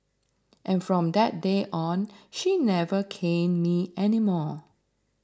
and from that day on she never caned me any more